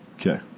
Okay